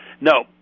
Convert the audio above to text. No